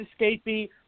escapee